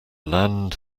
land